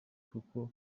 kuko